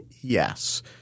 yes